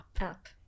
Up